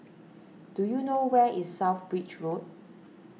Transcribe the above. do you know where is South Bridge Road